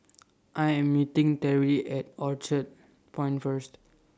I Am meeting Teri At Orchard Point First